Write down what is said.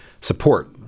support